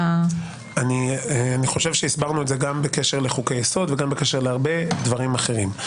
אני חושב שהסברנו את זה גם בקשר לחוקי יסוד וגם בקשר להרבה דברים אחרים.